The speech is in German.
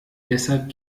deshalb